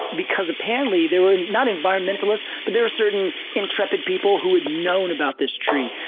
because apparently there were, not environmentalists, but there were certain intrepid people who had known about this tree.